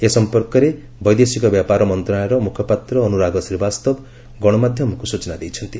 ଏ ସମ୍ପର୍କରେ ବୈଦେଶିକ ବ୍ୟାପାର ମନ୍ତ୍ରଣାଳୟର ମୁଖପାତ୍ର ଅନୁରାଗ ଶ୍ରୀବାସ୍ତବ ଗଣମାଧ୍ୟମକୁ ସୂଚନା ଦେଇଛନ୍ତି